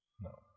No